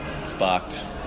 sparked